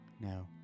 No